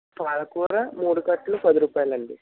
పాలకూర మూడు కట్టలు పది రూపాయిలండి